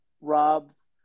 Rob's